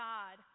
God